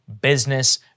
business